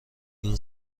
این